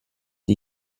die